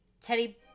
teddy